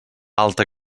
alta